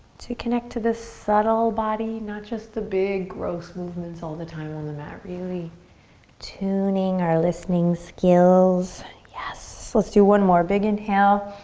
to connect to the subtle body, not just the big gross movements all the time on the mat. really tuning our listening skills, yes. let's do one more, big inhale.